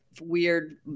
weird